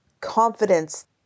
confidence